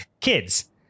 Kids